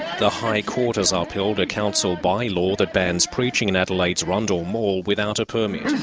the high court has ah upheld a council bylaw that bans preaching in adelaide's rundle mall without a permit.